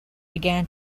began